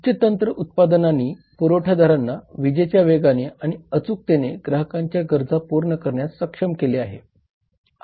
उच्च तंत्र उत्पादनांनी पुरवठादारांना विजेच्या वेगाने आणि अचूकतेने ग्राहकांच्या गरजा पूर्ण करण्यास सक्षम केले आहे